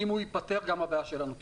אם הוא ייפתר, גם הבעיה שלנו תיפתר,